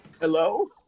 Hello